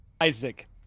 Isaac